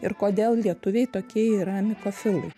ir kodėl lietuviai tokie yra mikofilai